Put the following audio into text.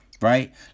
right